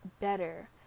better